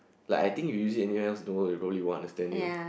like I think you use it anywhere else the world probably won't understand you